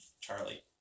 Charlie